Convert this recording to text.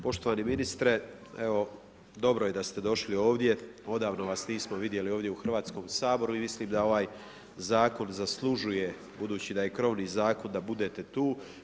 Poštovani ministre, dobro je da ste došli ovdje, odavno vas nismo vidjeli ovdje u Hrvatskom saboru, i mislim da ovaj zakon zaslužuje, budući da je krovni zakon, da budete tu.